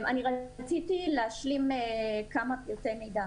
אני רציתי להשלים כמה פרטי מידע.